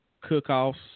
cook-offs